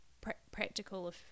practical